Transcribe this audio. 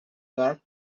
dark